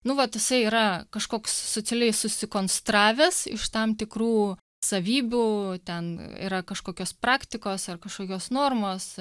nu vat tasai yra kažkoks socialiai susikonstravęs iš tam tikrų savybių ten yra kažkokios praktikos ar kažkokios normos